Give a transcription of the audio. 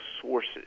sources